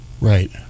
right